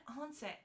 answer